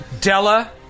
Della